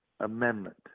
amendment